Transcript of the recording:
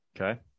Okay